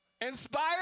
Inspired